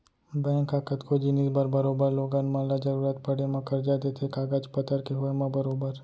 bank ह कतको जिनिस बर बरोबर लोगन मन ल जरुरत पड़े म करजा देथे कागज पतर के होय म बरोबर